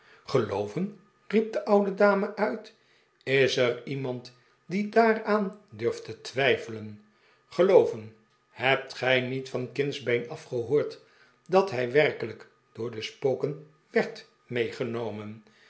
riep de oude dame uit is er iemand die daaraan durft te twijfelen gelooven hebt gij niet van kindsbeen af gehoord dat hij werkelijk door de spoken werd meegenomen